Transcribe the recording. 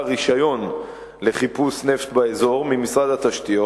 רשיון לחיפוש נפט באזור ממשרד התשתיות.